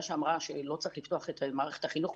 שאמרה שלא צריך לפתוח את מערכת החינוך,